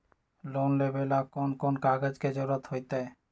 Loan लेवेला कौन कौन कागज के जरूरत होतई?